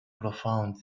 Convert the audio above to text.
profound